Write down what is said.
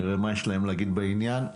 נראה מה יש להם להגיד בעניין הזה.